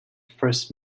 first